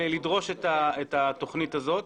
לדרוש את התוכנית הזאת.